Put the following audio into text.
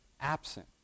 absent